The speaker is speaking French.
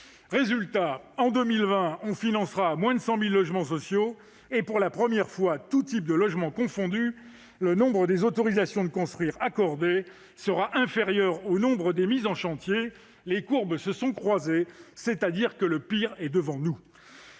Résultat : en 2020, on financera moins de 100 000 logements sociaux et, pour la première fois, tous types de logements confondus, le nombre des autorisations de construire accordées sera inférieur au nombre des mises en chantier. Les courbes se sont croisées : le pire est devant nous